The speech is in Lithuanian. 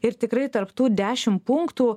ir tikrai tarp tų dešim punktų